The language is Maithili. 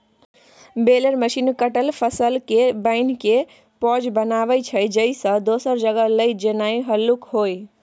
बेलर मशीन कटल फसलकेँ बान्हिकेँ पॉज बनाबै छै जाहिसँ दोसर जगह लए जेनाइ हल्लुक होइ